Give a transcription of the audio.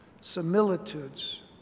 similitudes